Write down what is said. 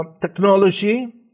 technology